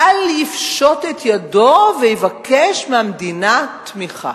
אל יפשוט את ידו ויבקש מהמדינה תמיכה.